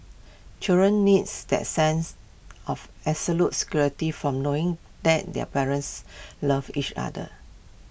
children needs that sense of security from knowing that their parents love each other